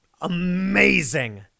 Amazing